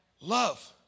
Love